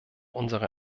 unsere